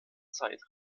zeit